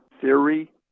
theory